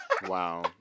Wow